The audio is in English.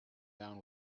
down